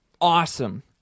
awesome